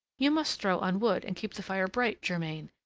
you must throw on wood and keep the fire bright, germain!